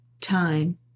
time